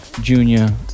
Junior